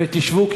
ותשבו,